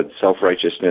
self-righteousness